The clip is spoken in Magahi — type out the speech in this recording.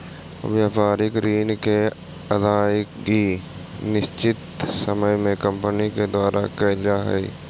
व्यापारिक ऋण के अदायगी निश्चित समय में कंपनी के द्वारा कैल जा हई